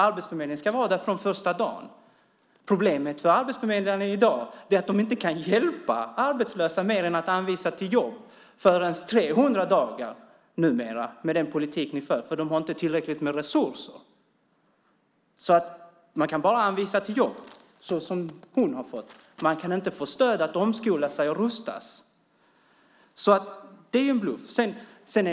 Arbetsförmedlingen ska vara där från första dagen. Problemet för arbetsförmedlarna i dag är att de inte kan hjälpa arbetslösa med mer än att anvisa jobb efter 300 dagar. Så är det numera med den politik ni för, för de har inte tillräckligt med resurser. Man kan bara anvisa jobb, så som har skett med den här kvinnan jag nämnde. Man kan inte få stöd för att omskola sig och rustas. Så detta är en bluff.